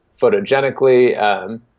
photogenically